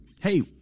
Hey